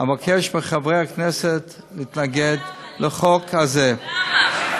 אבקש מחברי הכנסת להתנגד להצעת החוק.